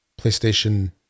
playstation